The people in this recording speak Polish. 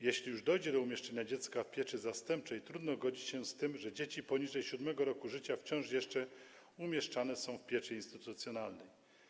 Jeśli już dojdzie do umieszczenia dziecka w pieczy zastępczej, trudno godzić się z tym, że dzieci poniżej 7. roku życia wciąż jeszcze umieszczane są w pieczy instytucjonalnej.